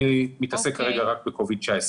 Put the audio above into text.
אני מתעסק כרגע רק בקוביד-19.